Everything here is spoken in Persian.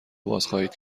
بازخواهید